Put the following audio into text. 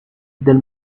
del